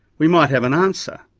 we might have an answer.